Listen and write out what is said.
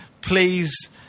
Please